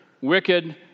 wicked